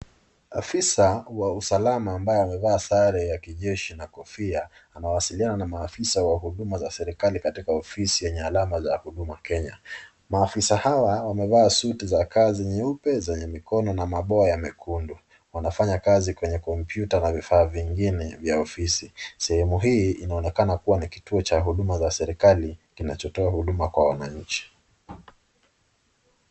Afisa wa usalama ambaye amevaa sare ya kijeshi na kofia, anawasiliana na maafisa wa huduma za serikali katika ofisi yenye alama za huduma Kenya, maafisa hawa wamevaa suti za kazi nyeupe zenye mikono na maboya mekundu, wanafanya kazi kwenye kompyuta na vifaa vingine vya ofisi, sehemu hii inaonekana kuwa ni kituo cha huduma za serikali kinachotoa huduma kwa wanachi.